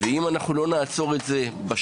כך שאם אנחנו לא נעצור את זה בשלב